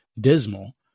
dismal